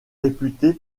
réputée